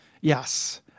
Yes